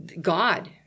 God